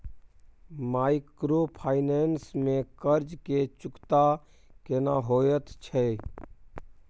Microfinance में कर्ज के चुकता केना होयत छै?